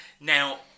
Now